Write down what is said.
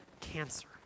cancer